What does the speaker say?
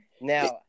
Now